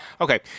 Okay